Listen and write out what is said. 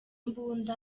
imbunda